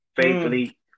faithfully